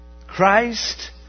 Christ